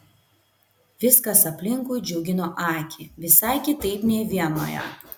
viskas aplinkui džiugino akį visai kitaip nei vienoje